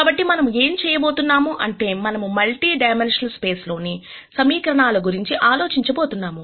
కాబట్టి మనము ఏం చేయబోతున్నాం అంటే మనము మల్టీ డైమెన్షనల్ స్పేస్ లోని సమీకరణాల గురించి ఆలోచించబోతున్నాము